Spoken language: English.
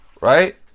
Right